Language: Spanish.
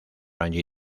angie